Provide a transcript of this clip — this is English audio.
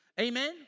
Amen